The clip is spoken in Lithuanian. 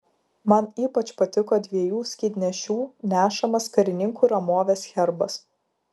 man ypač patiko dviejų skydnešių nešamas karininkų ramovės herbas